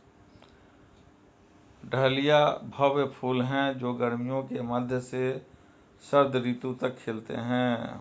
dahlia भव्य फूल हैं जो गर्मियों के मध्य से शरद ऋतु तक खिलते हैं